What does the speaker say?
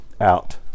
Out